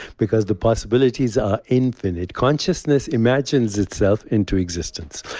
because the possibilities are infinite consciousness imagines itself into existence.